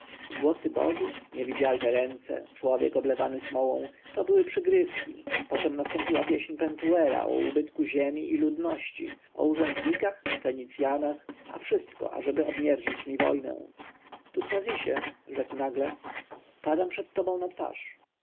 głosy bogów niewidzialne ręce człowiek oblewany smołą to były przygrywki poczem nastąpiła pieśń pentuera o ubytku ziemi i ludności o urzędnikach fenicjanach a wszystko ażeby obmierzić mi wojnę tutmozisie rzekł nagle padam przed tobą na twarz